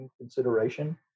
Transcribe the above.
consideration